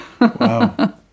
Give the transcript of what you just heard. Wow